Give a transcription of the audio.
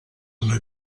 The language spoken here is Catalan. una